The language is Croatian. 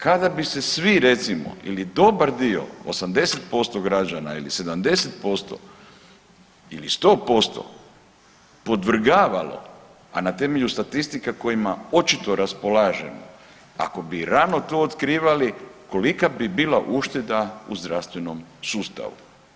Kada bi se svi recimo ili dobar dio, 80% građana ili 70% ili 100% podvrgavalo, a na temelju statistika kojima očito raspolažemo, ako bi rano to otkrivali kolika bi bila ušteda u zdravstvenom sustavu.